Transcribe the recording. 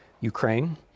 Ukraine